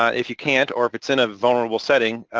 ah if you can't, or if it's in a vulnerable setting,